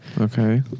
Okay